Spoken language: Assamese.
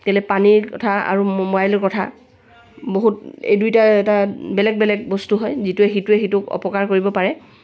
কেলৈ পানীৰ কথা আৰু মোবাইলৰ কথা বহুত এই দুয়োটাই এটা বেলেগ বেলেগ বস্তু হয় যিটোৱে সিটোৱে সিটোক অপকাৰ কৰিব পাৰে